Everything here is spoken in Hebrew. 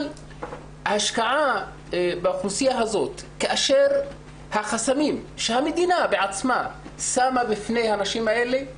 אבל השקעה באוכלוסייה הזאת החסמים שהמדינה בעצמה שמה בפני הנשים האלה,